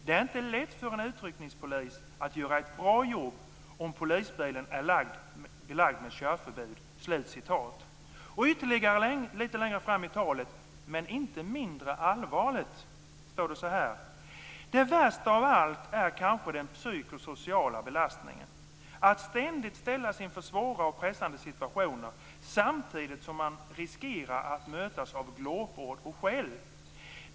Det är inte lätt för en utryckningspolis att göra ett bra jobb om polisbilen är belagd med körförbud." Ytterligare litet längre fram i talet, och inte mindre allvarligt, sägs det: "Det värsta av allt är kanske den psykosociala belastningen. Att ständigt ställas inför svåra och pressande situationer, samtidigt som man riskerar att mötas av glåpord och skäll.